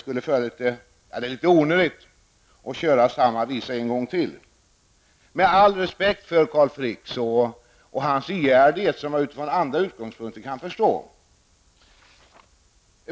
Det är litet onödigt att köra samma visa en gång till, med all respekt för Carl Frick och hans ihärdighet, som jag utifrån andra utgångspunkter kan förstå.